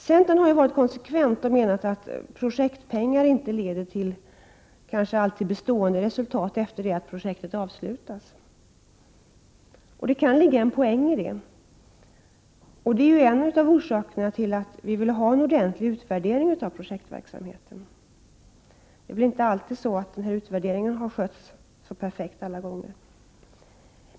Centern har varit konsekvent och menat att projektpengar kanske inte leder till bestående resultat efter det att projektet avslutats. Det kan ligga en poängi detta. Det är en av orsakerna till att vi vill ha en ordentlig utvärdering av projektverksamheten. Det är väl inte alltid så att utvärderingen har skötts så perfekt.